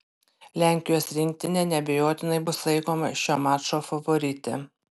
lenkijos rinktinė neabejotinai bus laikoma šio mačo favorite